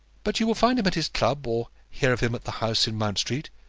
but you will find him at his club, or hear of him at the house in mount street.